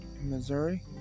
Missouri